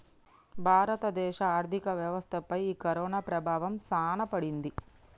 భారత దేశ ఆర్థిక వ్యవస్థ పై ఈ కరోనా ప్రభావం సాన పడింది